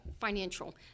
financial